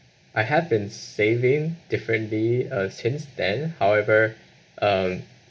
I have been saving differently uh since then however um